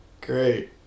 great